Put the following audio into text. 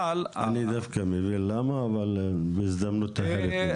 אני דווקא מבין למה, אבל בהזדמנות אחרת נדבר.